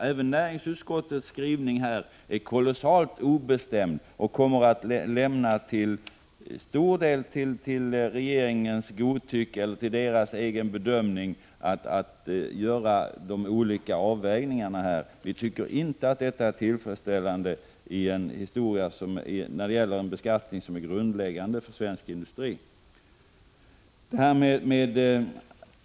Även näringsutskottets skrivning är kolossalt obestämd och kommer till stor del att lämna till regeringens bedömning att göra de olika avvägningarna. Vi tycker inte att det är tillfredsställande när det gäller en beskattning som är av grundläggande betydelse för svensk industri.